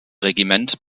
regiment